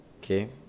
Okay